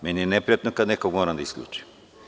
Meni je neprijatno kada nekoga mora da isključim.